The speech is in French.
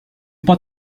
pas